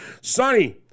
Sonny